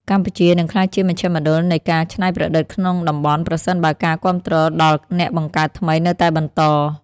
កម្ពុជានឹងក្លាយជាមជ្ឈមណ្ឌលនៃការច្នៃប្រឌិតក្នុងតំបន់ ប្រសិនបើការគាំទ្រដល់អ្នកបង្កើតថ្មីនៅតែបន្ត។